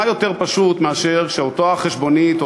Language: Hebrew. מה יותר פשוט מאשר שאותה חשבונית או